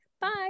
Bye